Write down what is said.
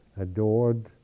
adored